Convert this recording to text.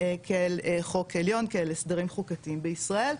כאל חוק עליון כאל הסדרים חוקתיים בישראל,